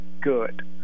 good